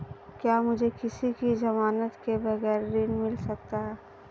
क्या मुझे किसी की ज़मानत के बगैर ऋण मिल सकता है?